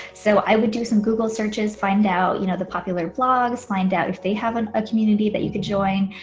so i would do some google searches, find out you know popular blogs, find out if they have and a community that you can join,